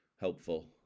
helpful